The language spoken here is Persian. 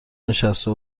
نشسته